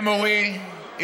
memory,